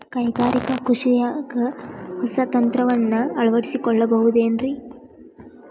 ಕೈಗಾರಿಕಾ ಕೃಷಿಯಾಗ ಹೊಸ ತಂತ್ರಜ್ಞಾನವನ್ನ ಅಳವಡಿಸಿಕೊಳ್ಳಬಹುದೇನ್ರೇ?